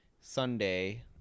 Sunday